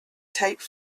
tape